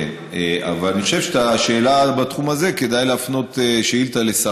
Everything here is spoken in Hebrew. אני חייב לומר שכאשר קראתי את כל העדויות